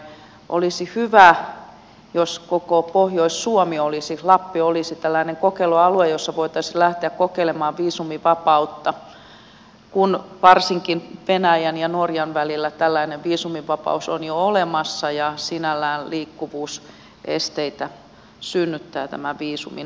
olisi hyvä jos koko pohjois suomi lappi olisi tällainen kokeilualue jossa voitaisiin lähteä kokeilemaan viisumivapautta kun varsinkin venäjän ja norjan välillä tällainen viisumivapaus on jo olemassa ja sinällään viisumin olemassaolo synnyttää liikkuvuusesteitä